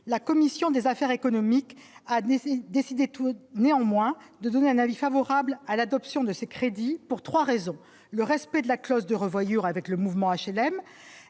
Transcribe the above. la commission des affaires économiques a décidé décidé tout néanmoins de donner un avis favorable à l'adoption de ces crédits pour 3 raisons : le respect de la clause de revoyure avec le mouvement HLM,